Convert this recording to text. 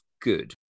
good